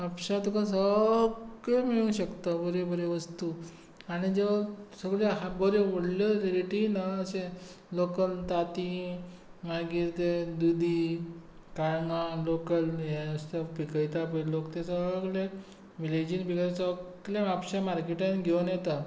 म्हापशां तुका सगले मेळूंक शकता बऱ्यो बऱ्यो वस्तू आनी ज्यो सगल्यो आसा बऱ्यो व्हडल्यो रेटी ना बरे अशें लोकल तांती मागीर ते दुधी काळगां लोकल हें आसता पिकयता पळय लोक ते सगलें विलेजीन सगले म्हापशां मार्केटांत घेवन येता